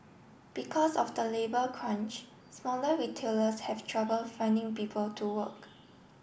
because of the labour crunch smaller retailers have trouble finding people to work